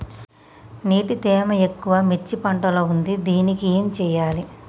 నీటి తేమ ఎక్కువ మిర్చి పంట లో ఉంది దీనికి ఏం చేయాలి?